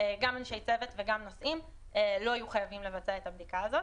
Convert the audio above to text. גם אנשי צוות וגם נוסעים לא יהיו חייבים לבצע את הבדיקה הזאת.